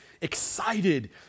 excited